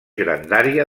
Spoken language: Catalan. grandària